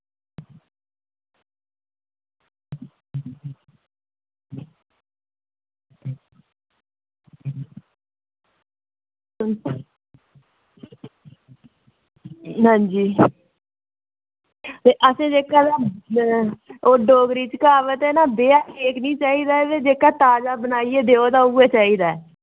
हां जी ते असें जेह्का तां ते ओह् डोगरी च क्हावत ऐ ना बेहा केक निं चाहिदा ते जेह्का ताज़ा बनाइयै देओ तां उऐ चाहिदा ऐ